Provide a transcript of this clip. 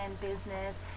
business